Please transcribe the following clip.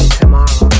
tomorrow